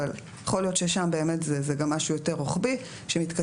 אבל יכול להיות ששם באמת זה גם משהו יותר רוחבי שמתכתב